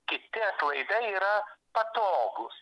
kiti atlaidai yra patogūs